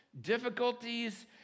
difficulties